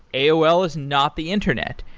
aol is not the internet.